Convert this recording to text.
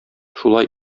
шулай